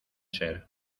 ser